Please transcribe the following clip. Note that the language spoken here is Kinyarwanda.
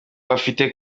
bafitiye